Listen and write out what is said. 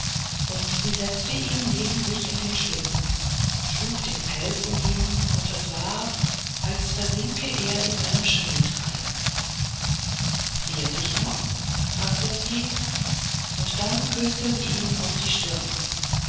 und sie setzte ihn neben sich in den schlitten schlug den pelz um ihn und es war als versinke er in einem schneetreiben friert dich noch fragte sie und dann küßte sie ihn auf die stirn